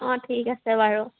অঁ ঠিক আছে বাৰু